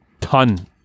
ton